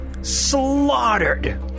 Slaughtered